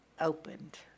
opened